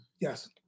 Yes